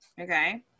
okay